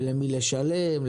ולמי לשלם,